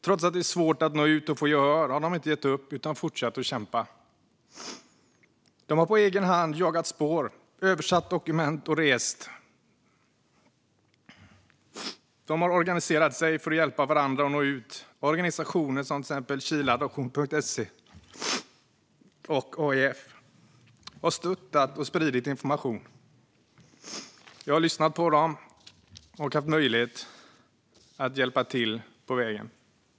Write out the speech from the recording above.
Trots att det är svårt att nå ut och få gehör har de inte gett upp utan har fortsatt att kämpa. De har på egen hand jagat spår, översatt dokument och rest. De har organiserat sig för att hjälpa varandra att nå ut. Organisationer som till exempel Chileadoption.se och AEF har stöttat och spridit information. Jag har lyssnat på dem och haft möjligheten att hjälpa till på vägen.